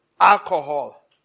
alcohol